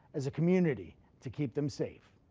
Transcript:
as a community, to keep them safe.